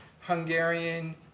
Hungarian